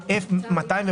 152,